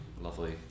lovely